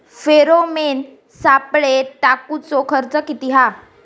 Pheromone सापळे टाकूचो खर्च किती हा?